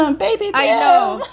um baby. i know.